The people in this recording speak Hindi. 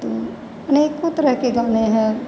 तो अनेकों तरह के गाने हैं